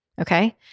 okay